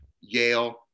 Yale